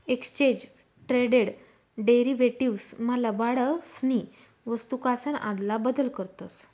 exchange traded derivatives मा लबाडसनी वस्तूकासन आदला बदल करतस